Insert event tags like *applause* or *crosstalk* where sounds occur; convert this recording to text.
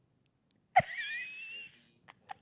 *laughs*